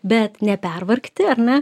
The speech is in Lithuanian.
bet nepervargti ar ne